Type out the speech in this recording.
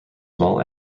small